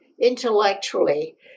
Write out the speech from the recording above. intellectually